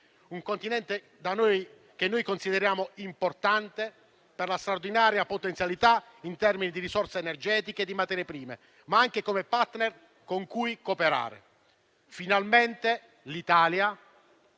un continente che noi consideriamo importante per la straordinaria potenzialità in termini di risorse energetiche e di materie prime, ma anche come *partner* con cui cooperare. Finalmente l'Italia